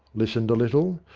listened a little,